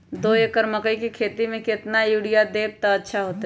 दो एकड़ मकई के खेती म केतना यूरिया देब त अच्छा होतई?